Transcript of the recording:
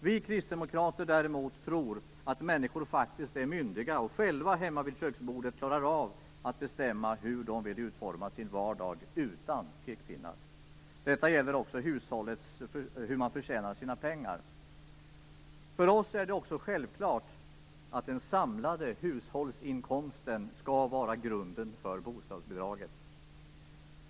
Vi kristdemokrater tror däremot att människor faktiskt är myndiga och hemma vid köksbordet klarar att bestämma hur de vill utforma sin vardag, utan pekpinnar. Detta gäller också hur hushållet förtjänar sina pengar. För oss är det också självklart att den samlade hushållsinkomsten skall vara grunden för bostadsbidraget.